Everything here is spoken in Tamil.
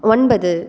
ஒன்பது